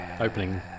opening